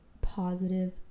positive